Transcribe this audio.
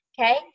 Okay